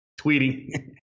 tweeting